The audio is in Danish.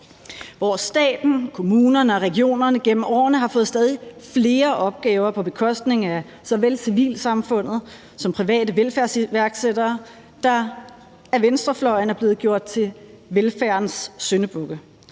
hvor staten, kommunerne og regionerne gennem årene har fået stadig flere opgaver på bekostning af såvel civilsamfundet som private velfærdsiværksættere, der af venstrefløjen er blevet gjort til velfærdens syndebukke?